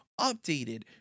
updated